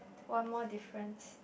one more difference